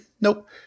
Nope